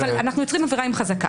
אבל אנחנו יוצרים עבירה עם חזקה,